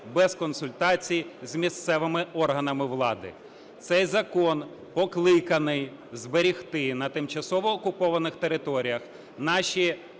без консультацій з місцевими органами влади. Цей закон покликаний зберегти на тимчасово окупованих територіях наші